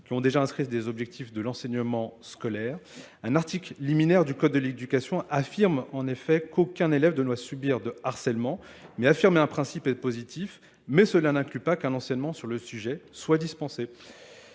qui ont déjà inscrit des objectifs de l'enseignement scolaire. Un article liminaire du code de l'éducation affirme en effet qu'aucun élève ne doit subir de harcèlement, mais affirmer un principe est positif, mais cela n'inclut pas qu'un enseignement sur le sujet soit dispensé.